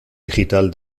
digital